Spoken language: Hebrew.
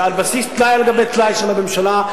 ועל בסיס טלאי על גבי טלאי של הממשלה,